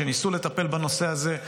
שניסו לטפל בנושא הזה.